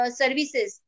services